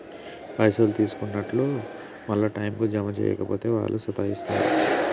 పైసలు తీసుకున్నట్లే మళ్ల టైంకు జమ జేయక పోతే ఆళ్లు సతాయిస్తరు